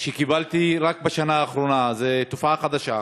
שקיבלתי רק בשנה האחרונה, יש תופעה חדשה,